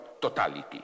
totality